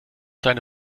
deine